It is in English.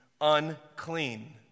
unclean